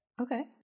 Okay